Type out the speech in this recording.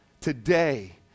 Today